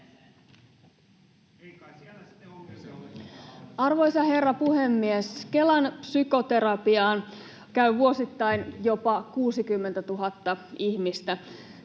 Arvoisa herra puhemies! Kelan psykoterapiassa käy vuosittain jopa 60 000 ihmistä.